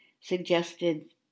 suggested